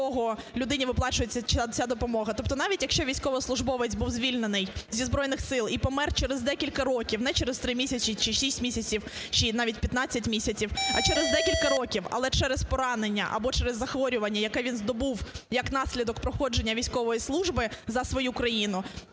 якого людині виплачується ця допомога. Тобто навіть якщо військовослужбовець був звільнений зі Збройних Сил і помер через декілька років, не через 3 місяці чи 6 місяців, чи навіть 15 місяців, а через декілька років, але через поранення або через захворювання, яке він здобув як наслідок проходження військової служби за свою країну,